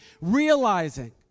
realizing